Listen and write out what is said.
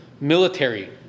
military